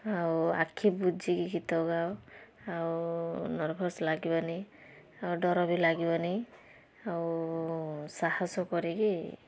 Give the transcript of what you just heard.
ଆଉ ଆଖି ବୁଜିକି ଗୀତ ଗାଅ ଆଉ ନର୍ଭସ ଲାଗିବନି ଆଉ ଡ଼ର ବି ଲାଗିବନି ଆଉ ସାହସ କରିକି